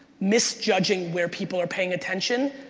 misjudging where people are paying attention,